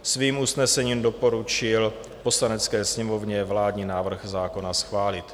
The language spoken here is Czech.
Svým usnesením doporučil Poslanecké sněmovně vládní návrh zákona schválit.